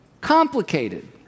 complicated